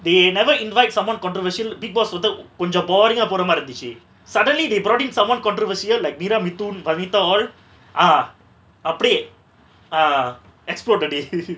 they never invite someone controversial big boss வந்து கொஞ்சோ:vanthu konjo boring ah போரமாரி இருந்துச்சு:poramari irunthuchu suddenly they brought in someone controversial like meeramithun vanitha all ah அப்டியே:apdiye ah exploratory